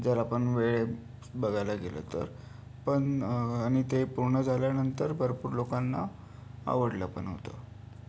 जर आपण वेळ बघायला गेलो तर पण आणि ते पूर्ण झाल्यानंतर भरपूर लोकांना आवडलं पण होतं